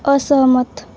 असहमत